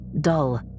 dull